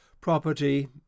property